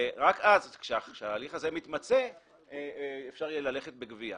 רק אז כשההליך הזה מתמצה אפשר יהיה ללכת בגבייה.